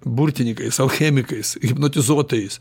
burtininkais alchemikais hipnotizuotojais